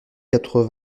quatre